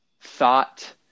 thought